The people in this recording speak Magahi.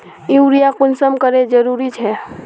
यूरिया कुंसम करे जरूरी छै?